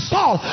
Saul